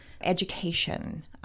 Education